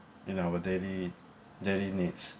in our daily daily needs